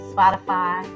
Spotify